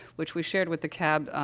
which we shared with the cab,